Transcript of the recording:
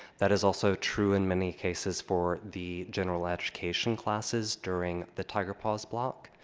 that is also true in many cases for the general education classes during the tiger paws block,